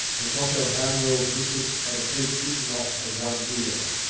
and cocko harnwell's missis had a piece bitten off of one ear.